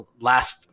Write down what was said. last